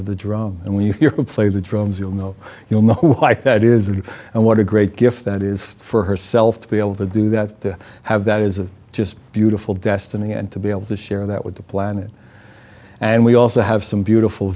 of the drum and when you play the drums you'll know you'll know why that is and what a great gift that is for herself to be able to do that to have that is of just beautiful destiny and to be able to share that with the planet and we also have some beautiful